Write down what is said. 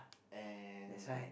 and